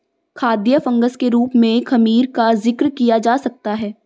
खाद्य फंगस के रूप में खमीर का जिक्र किया जा सकता है